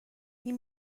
این